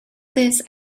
this